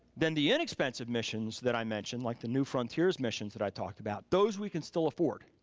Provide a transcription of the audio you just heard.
then the inexpensive missions that i mentioned, like the new frontiers missions that i talked about, those we can still afford.